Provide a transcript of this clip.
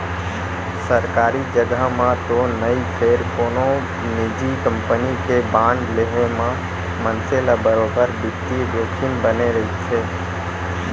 सरकारी जघा म तो नई फेर कोनो निजी कंपनी के बांड लेहे म मनसे ल बरोबर बित्तीय जोखिम बने रइथे